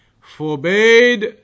forbade